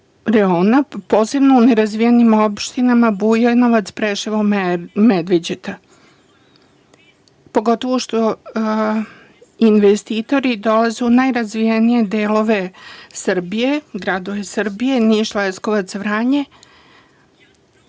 posebno nerazvijenim opštinama Bujanovac, Preševo, Medveđa, pogotovo što investitori dolaze u najrazvijenije delove Srbije, gradove Srbije, Niš, Leskovac, Vranje,